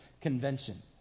convention